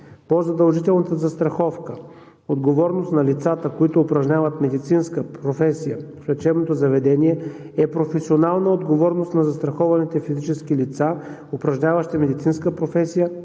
по задължителната застраховка, отговорност на лицата, които упражняват медицинска професия в лечебното заведение, е професионална отговорност на застрахованите физически лица, упражняващи медицинска професия